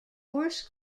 horse